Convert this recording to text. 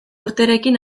urterekin